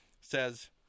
says